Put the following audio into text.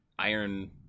Iron